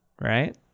right